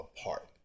apart